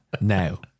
Now